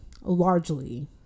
largely